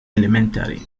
elementary